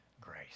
grace